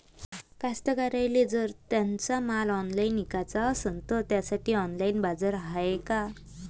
कास्तकाराइले जर त्यांचा माल ऑनलाइन इकाचा असन तर त्यासाठी ऑनलाइन बाजार हाय का?